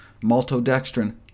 maltodextrin